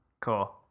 Cool